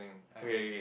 okay